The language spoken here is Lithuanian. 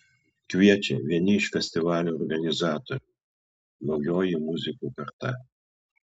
kviečia vieni iš festivalio organizatorių naujoji muzikų karta